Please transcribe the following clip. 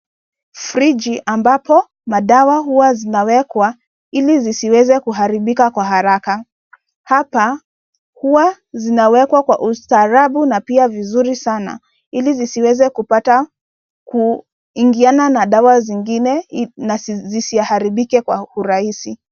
Friji ambapo madawa huwa zinawekwa ili zisiweze kuharibika kwa haraka. Hapa huwa zinawekwa kwa ustaarabu na pia vizuri sana ili sisiweze kupata kuingiana na dawa zingine na zisiharibike kwa urahisi